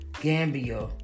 Gambia